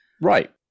Right